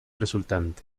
resultante